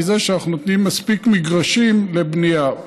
מזה שאנחנו נותנים מספיק מגרשים לבנייה.